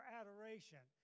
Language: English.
adoration